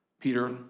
Peter